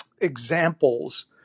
examples